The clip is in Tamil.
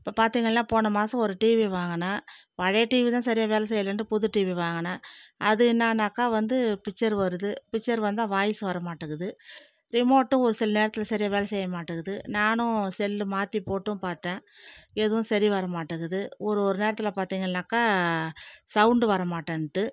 இப்போது பார்த்தீங்கள்னா போன மாதம் ஒரு டிவி வாங்கினேன் பழைய டிவி தான் சரியாக வேலை செய்யலேனுட்டு புது டிவி வாங்கினேன் அது என்னான்னாக்கா வந்து பிக்சர் வருது பிக்சர் வந்தா வாய்ஸ் வரமாட்டேங்குது ரிமோட்டும் ஒரு சில நேரத்தில் சரியாக வேலை செய்ய மாட்டேங்கிது நானும் செல் மாற்றிப் போட்டும் பார்த்தேன் எதுவும் சரி வரமாட்டேங்கிது ஒரு ஒரு நேரத்தில் பார்த்தீங்கள்னாக்கா சௌண்ட் வர மாட்டேன்ட்டு